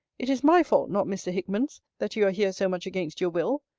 it is my fault, not mr. hickman's, that you are here so much against your will.